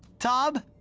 tom.